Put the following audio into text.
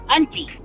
auntie